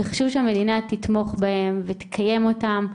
וחשוב שהמדינה תתמוך בהם ותקיים אותם,